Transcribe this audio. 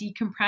decompress